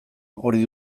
hori